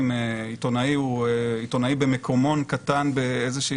אם עיתונאי הוא עיתונאי במקומון קטן באיזושהי